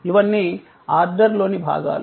ఇవన్నీ ఆర్డర్లోని భాగాలు